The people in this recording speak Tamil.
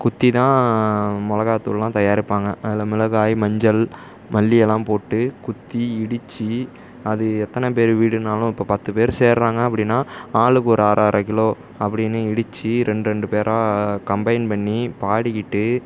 குத்தி தான் மிளகாத்தூள்லாம் தயாரிப்பாங்க அதில் மிளகாய் மஞ்சள் மல்லி எல்லாம் போட்டு குத்தி இடித்து அது எத்தனை பேர் வீடுனாலும் இப்போ பத்து பேர் சேர்கிறாங்க அப்படினா ஆளுக்கு ஒரு அரை அரை கிலோ அப்படினு இடித்து ரெண்டு ரெண்டு பேரா கம்பையின் பண்ணி பாடிக்கிட்டு